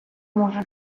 можу